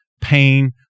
pain